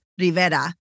Rivera